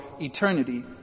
eternity